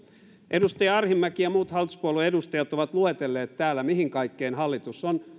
edustaja arhinmäki ja muut hallituspuolueiden edustajat ovat luetelleet täällä mihin kaikkeen hallitus on